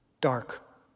dark